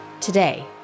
today